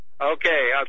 Okay